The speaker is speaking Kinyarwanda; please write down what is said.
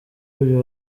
uyu